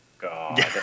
God